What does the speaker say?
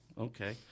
Okay